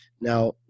Now